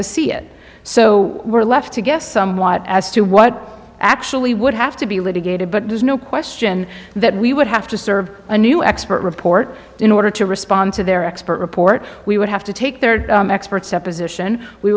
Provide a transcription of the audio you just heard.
to see it so we're left to guess as to what actually would have to be litigated but there's no question that we would have to serve a new expert report in order to respond to their expert report we would have to take their experts opposition we